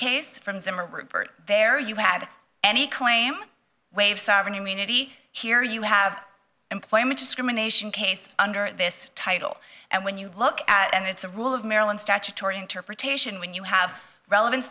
case from zimmer rupert there you had any claim waive sovereign immunity here you have employment discrimination case under this title and when you look at and it's a rule of maryland statutory interpretation when you have relevan